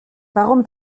warum